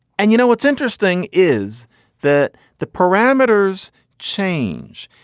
and you know what's interesting is that the parameters change.